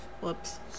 Whoops